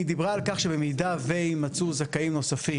היא דיברה על כך שבמידה ויימצאו זכאים נוספים,